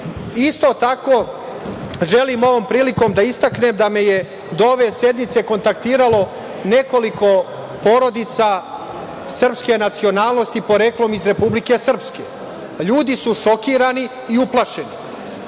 tako, želim ovom prilikom da istaknem da me je do ove sednice kontaktiralo nekoliko porodica srpske nacionalnosti poreklom iz Republike Srpske. Ljudi su šokirani i uplašeni.